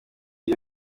iyo